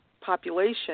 population